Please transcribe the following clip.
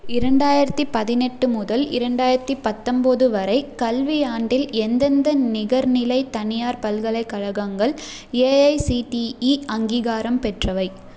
இரண்டாயிரத்து பதினெட்டு முதல் இரண்டாயிரத்து பத்தொம்பது வரை கல்வியாண்டில் எந்தெந்த நிகர்நிலை தனியார் பல்கலைக்கழகங்கள் ஏஐசிடிஇ அங்கீகாரம் பெற்றவை